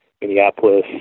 Minneapolis